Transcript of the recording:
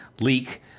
leak